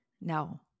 No